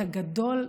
את הגדול,